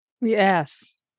Yes